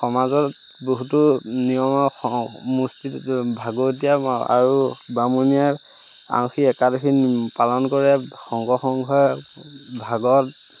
সমাজত বহুতো নিয়মৰ সমষ্টি য'ত ভাগৱতীয়া আৰু বামুনীয়াই আঁউসী একাদশী পালন কৰে শংকৰসংঘই ভাগৱত